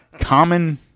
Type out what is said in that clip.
Common